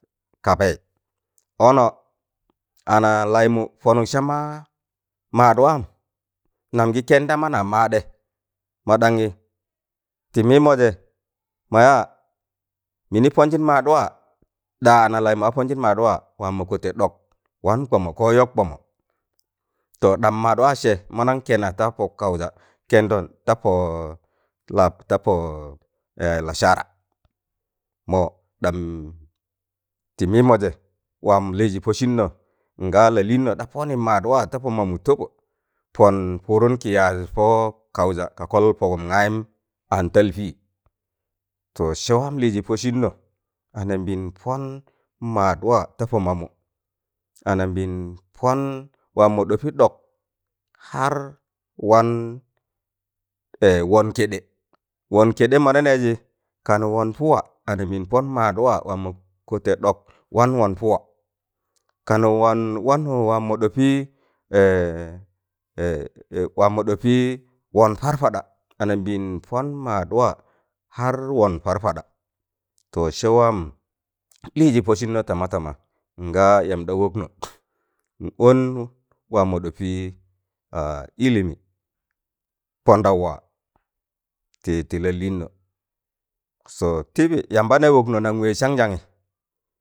Kabẹị ọnọ ana laịmụ pọnụk sama madwaan nam gị kẹn da mana maadẹ maɗanyị tị mịịmọjẹ mọya mịnị pọnjịn maadwa ɗa ana lai wa ponjin maadwa waam mọ kọtẹ ɗọk wan kọmọ ko yọg kbọmọ ọ to ɗam maadwaa sẹ mọnọn kẹna ta pọ kaụja kẹndọn ta pọ la ta pọ la lasara mo ̣ɗam tị mịịmọjẹ waam lịịjị pọ sịnnọ nga lalịịnnọ ɗa pọnị maadwa ta pọ mamụ tọbọ pọn pụụdụn kị yaaz pọ kaụja ka kọl pọgụm gayịm an tal pịị to sẹ waam lịịjị pọ sịịnọ anambịịn pọn maadwa ta pọ mamụ anambịịn pon waammọ ɗọpị ɗọk har wan wan kẹɗẹ wọn kẹɗẹm mọna nẹẹjị kanụ wọn pụwa anambịịn pọn maadwa waam mọ kọtẹ ɗọk wan wọn pụwa kanụ wọn wannụ waamọ ɗọpị waamọ ɗọpị wọn parpaɗa anabịn pọn maad waa har wọn parpaɗa to sẹ waam lịịjị pọ sịnnọ tama tama ngaa yam ɗa wọkna in on waamọ ɗopi ilimi pọndaụ waa tị tị la- lịịnnọ so tịbị yamba ne wọkna nan wẹẹz sanjanị